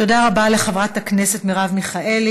תודה רבה לחברת הכנסת מרב מיכאלי.